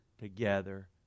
Together